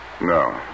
No